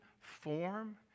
form